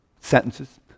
sentences